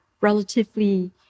relatively